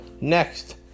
Next